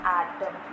atom